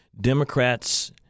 Democrats